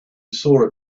saw